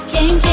King